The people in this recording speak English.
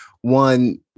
One